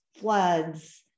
floods